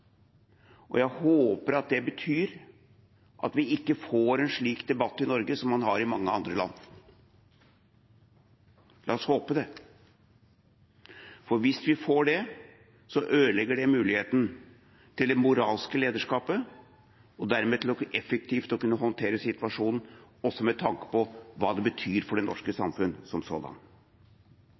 Jeg håper at det betyr at vi ikke får en slik debatt i Norge som man har i mange andre land. La oss håpe det, for hvis vi får det, ødelegger det muligheten til det moralske lederskapet og dermed effektivt å kunne håndtere situasjonen, også med tanke på hva det betyr for det norske samfunn som